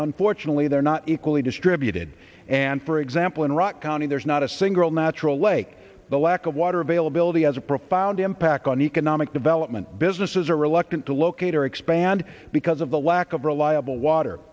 unfortunately they're not equally distributed and for example in rock county there's not a single natural lake the lack of water availability has a profound impact on economic development businesses are reluctant to locate or expand because of the lack of reliable water